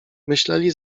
myśleli